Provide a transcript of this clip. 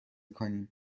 کنیم